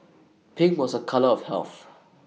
pink was A colour of health